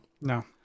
No